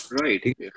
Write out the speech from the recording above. Right